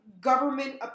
government